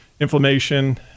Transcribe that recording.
inflammation